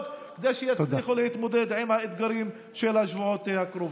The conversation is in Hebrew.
כדי שיצליחו להתמודד עם האתגרים של השבועות הקרובים.